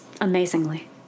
amazingly